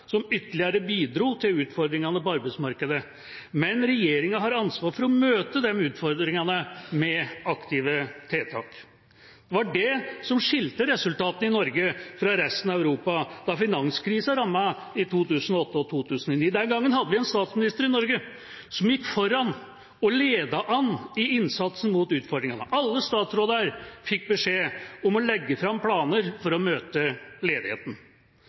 som ytterligere bidro til utfordringene på arbeidsmarkedet, men regjeringa har ansvaret for å møte utfordringene med aktive tiltak. Det var det som skilte resultatene i Norge fra resten av Europa da finanskrisen rammet i 2008 og 2009. Den gangen hadde vi en statsminister i Norge som gikk foran og ledet an i innsatsen mot utfordringene. Alle statsråder fikk beskjed om å legge fram planer for å møte ledigheten.